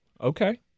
Okay